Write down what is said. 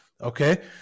Okay